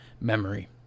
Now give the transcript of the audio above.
memory